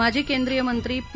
माजी केंद्रीय मंत्री पी